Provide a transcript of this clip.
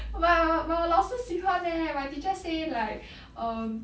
but but but 我老师喜欢 eh my teacher say like um